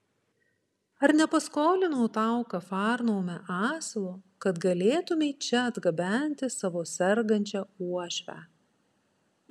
ar nepaskolinau tau kafarnaume asilo kad galėtumei čia atgabenti savo sergančią uošvę